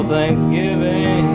Thanksgiving